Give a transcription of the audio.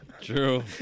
true